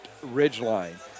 Ridgeline